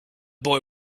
boy